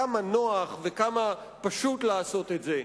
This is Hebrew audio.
כמה נוח וכמה פשוט לעשות את זה,